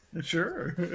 Sure